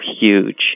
huge